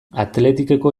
athleticeko